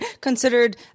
considered